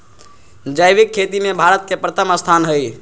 जैविक खेती में भारत के प्रथम स्थान हई